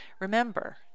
remember